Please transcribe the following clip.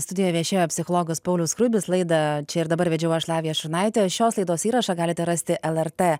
studijoje viešėjo psichologas paulius skruibis laidą čia ir dabar vedžiau aš lavija šurnaitė šios laidos įrašą galite rasti lrt